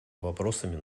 вопросами